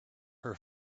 her